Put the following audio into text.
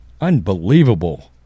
unbelievable